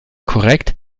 korrekt